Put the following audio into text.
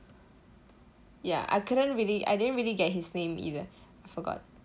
ya I couldn't really I didn't really get his name either forgot